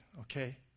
okay